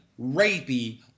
rapey